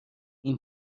این